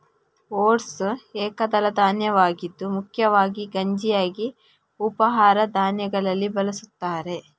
oats ಏಕದಳ ಧಾನ್ಯವಾಗಿದ್ದು ಮುಖ್ಯವಾಗಿ ಗಂಜಿಯಾಗಿ ಉಪಹಾರ ಧಾನ್ಯಗಳಲ್ಲಿ ಬಳಸುತ್ತಾರೆ